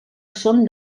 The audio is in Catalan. són